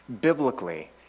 Biblically